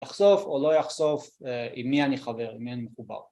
‫יחשוף או לא יחשוף, ‫עם מי אני חבר, עם מי אני מקובל.